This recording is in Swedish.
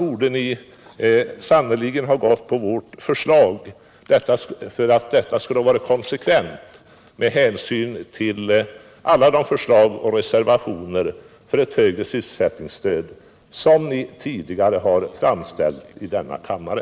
Om ni inte gjort det borde ni ha stött vårt förslag i konsekvens med alla de förslag och reservationer för ett högre sysselsättningsstöd som ni tidigare framställt i denna kammare.